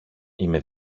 είμαι